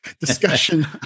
discussion